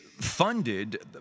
funded